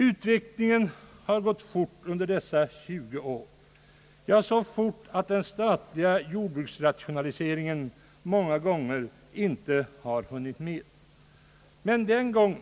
Utvecklingen har gått fort under dessa tjugo år, ja, så fort att den statliga jordbruksrationaliseringen många gånger inte hunnit med. Den gången